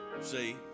see